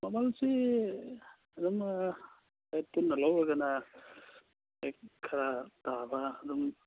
ꯃꯃꯜꯁꯤ ꯑꯗꯨꯝ ꯍꯣꯏ ꯄꯨꯟꯅ ꯂꯧꯔꯒꯅ ꯍꯦꯛ ꯈꯔ ꯇꯥꯕ ꯑꯗꯨꯝ